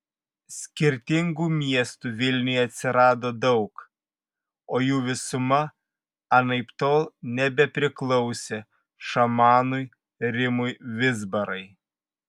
skirtingų miestų vilniuje atsirado daug o jų visuma anaiptol nebepriklausė šamanui rimui vizbarai